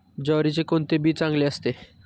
ज्वारीचे कोणते बी चांगले असते?